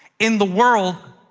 in the world,